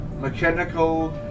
mechanical